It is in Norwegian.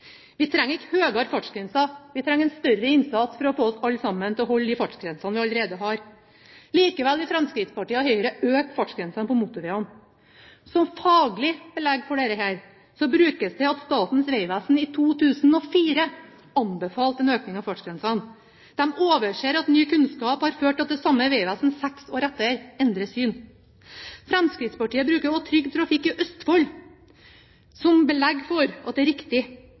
Vi trenger ikke høyere fartsgrenser – vi trenger en større innsats for å få oss alle sammen til å holde de fartsgrensene vi allerede har. Likevel vil Fremskrittspartiet og Høyre øke fartsgrensene på motorvegene. Som faglig belegg for dette brukes det at Statens vegvesen i 2004 anbefalte en økning av fartsgrensene. De overser at ny kunnskap har ført til at det samme vegvesenet seks år etter har endret syn. Fremskrittspartiet bruker også Trygg Trafikk i Østfold som belegg for at dette er riktig.